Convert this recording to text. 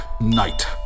Knight